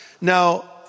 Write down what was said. Now